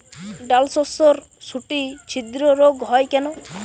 ডালশস্যর শুটি ছিদ্র রোগ হয় কেন?